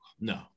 No